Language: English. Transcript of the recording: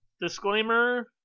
Disclaimer